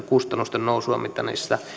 kustannusten nousua mitä niistä